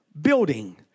building